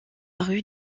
rue